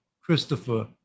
christopher